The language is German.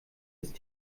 ist